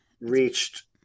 reached